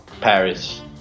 paris